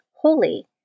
holy